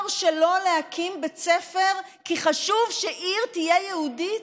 שלא להקים בית ספר כי חשוב שעיר תהיה יהודית?